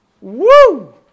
Woo